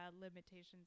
limitations